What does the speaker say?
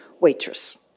Waitress